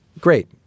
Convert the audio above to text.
great